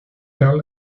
carl